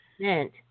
sent